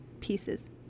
pieces